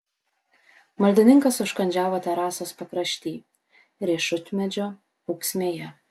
maldininkas užkandžiavo terasos pakrašty riešutmedžio ūksmėje